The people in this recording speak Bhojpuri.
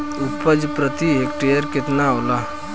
उपज प्रति हेक्टेयर केतना होला?